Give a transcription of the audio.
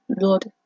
Lord